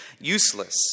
useless